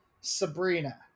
sabrina